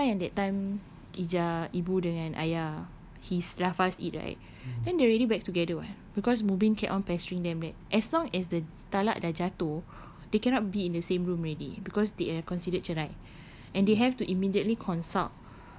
that's why yang that time ija ibu dengan ayah he lafaz it right then they already back together [what] because mubin kept on pestering them back as long as the talak dah jatuh they cannot be in the same room already because they are considered cerai and they have to immediately consult